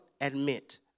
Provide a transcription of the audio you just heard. admit